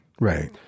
Right